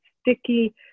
sticky